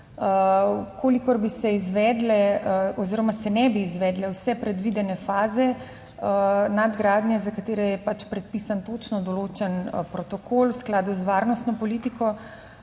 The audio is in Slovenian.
oziroma se ne bi izvedle vse predvidene faze nadgradnje za katere je pač predpisan točno določen protokol v skladu z varnostno politiko,